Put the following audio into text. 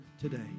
today